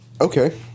Okay